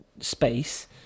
space